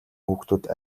хүүхдүүд